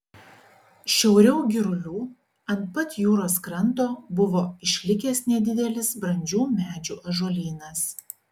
šiauriau girulių ant pat jūros kranto buvo išlikęs nedidelis brandžių medžių ąžuolynas